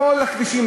כל הכבישים,